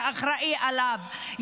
שאחראי עליו,